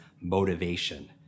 motivation